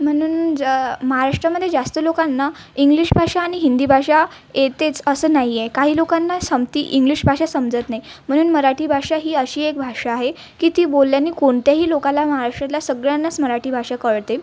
म्हणून जं महाराष्ट्रामध्ये जास्त लोकांना इंग्लिश भाषा आणि हिंदी भाषा येतेच असं नाही आहे काही लोकांना सम ती इंग्लिश भाषा समजत नाही म्हणून मराठी भाषा ही अशी एक भाषा आहे की ती बोलल्याने कोणत्याही लोकाला महाराष्ट्रातल्या सगळ्यांनाच मराठी भाषा कळते